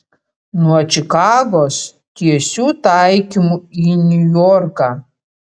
nuo čikagos tiesiu taikymu į niujorką